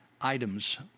items